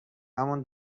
همون